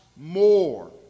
more